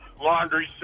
laundry